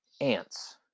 ants